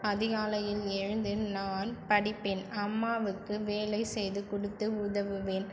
அதிகாலையில் எழுந்து நான் படிப்பேன் அம்மாவுக்கு வேலை செய்து கொடுத்து உதவுவேன்